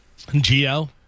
GL